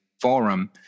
forum